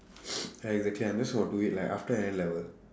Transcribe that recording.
ya exactly I'm just going to do it like after her N level